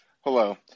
Hello